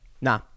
Nah